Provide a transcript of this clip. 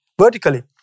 vertically